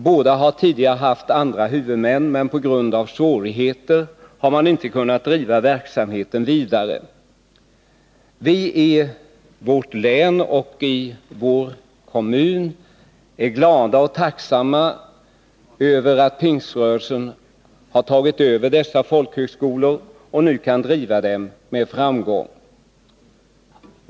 Båda har tidigare haft andra huvudmän, men på grund av svårigheter har man inte kunnat driva verksamheten vidare. Vi är i vårt län och i Nässjö kommun glada och tacksamma för att Pingströrelsen har tagit över dessa folkhögskolor och nu kan driva dem med framgång.